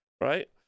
right